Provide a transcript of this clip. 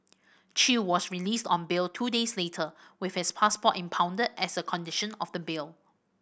Chew was released on bail two days later with his passport impounded as a condition of the bail